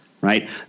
right